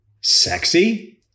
Sexy